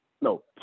no